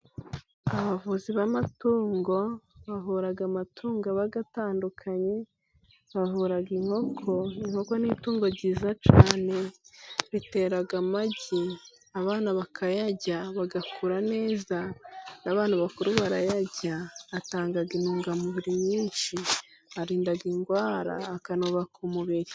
Abavuzi b'amatungo， bavura amatungo aba atandukanye， bavura inkoko. Inkoko ni itungo ryiza cyane ritera amagi，abana bakayarya，bagakura neza，abantu bakuru barayarya，atanga intungamubiri nyinshi， arinda indwara， akanubaka umubiri.